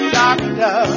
doctor